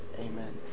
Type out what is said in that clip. Amen